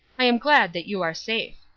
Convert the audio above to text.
i am glad that you are safe.